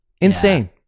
Insane